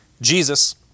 Jesus